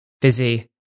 busy